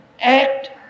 act